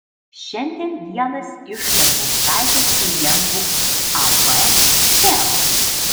šiandien vienas iš jankauskaitės klientų ab teo